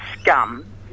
scum